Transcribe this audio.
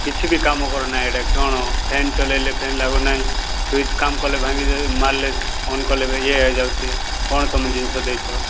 କିଛି ବି କାମ କରୁ ନାହିଁ ଏଇଟା କ'ଣ ଫ୍ୟାନ୍ ଚଲାଇଲେ ଫ୍ୟାନ୍ ଲାଗୁ ନାହିଁ ସୁଇଚ୍ କାମ କଲେ ଭାଙ୍ଗି ଯାଉଛି ମାରିଲେ ଅନ୍ କଲେ ଇଏ ହେଇ ଯାଉଛି କ'ଣ ତୁମେ ଜିନିଷ ଦେଇଛ